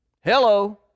Hello